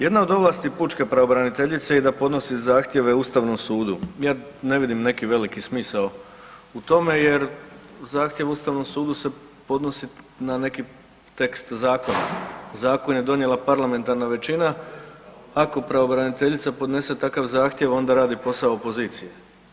Jedna od ovlasti pučke pravobraniteljice je da podnosi zahtjeve ustavnom sudu, ja ne vidim neki veliki smisao u tome jer zahtjev Ustavnom sudu se podnosi na neki tekst zakona, zakon je donijela parlamentarna većina, ako pravobraniteljica podnese takav zahtjev, onda radi posao pozicije.